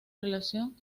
relación